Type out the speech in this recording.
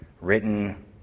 written